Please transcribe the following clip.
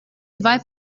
zwei